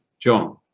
joan.